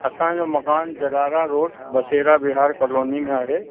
असांजो मकान जरारा रोड बसेरा बिहार कोलोनी में आहे